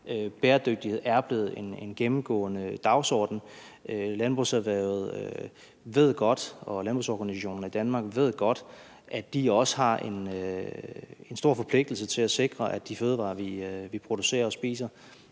Bæredygtighed er blevet en gennemgående dagsorden. Landbrugserhvervet og landbrugsorganisationerne i Danmark ved godt, at de også har en stor forpligtelse til at sikre, at de fødevarer, vi producerer og spiser,